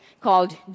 called